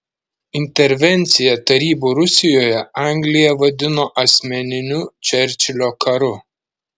intervenciją tarybų rusijoje anglija vadino asmeniniu čerčilio karu